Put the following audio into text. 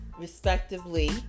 respectively